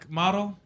model